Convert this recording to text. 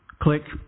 Click